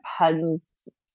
depends